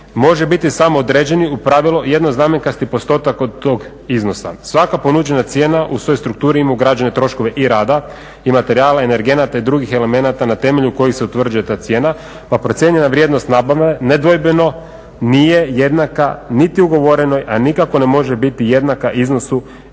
može biti samo određeni u pravilu jednoznamenkasti postotak od tog iznosa. Svaka ponuđena cijena u svojoj strukturi ima ugrađene troškove i rada i materijala energenata i drugih elemenata na temelju kojih se utvrđuje ta cijena pa procijenjena vrijednost nabave nedvojbeno nije jednaka niti ugovorenoj, a nikako ne može biti jednaka iznosu